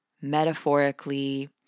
metaphorically